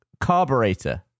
carburetor